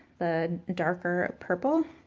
the darker purple,